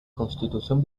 constitución